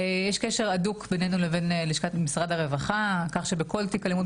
יש קשר הדוק בינינו לבין לשכת משרד הרווחה כך שבכל תיק אלימות